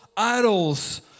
idols